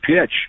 pitch